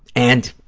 and